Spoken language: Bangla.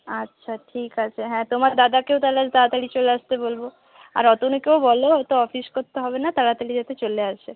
আচ্ছা ঠিক আছে হ্যাঁ তোমার দাদাকেও তা হলে আজ তাড়াতাড়ি চলে আসতে বলব আর অতনুকেও বল অত অফিস করতে হবে না তাড়াতাড়ি যাতে চলে আসে